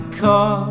car